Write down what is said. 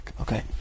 Okay